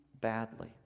badly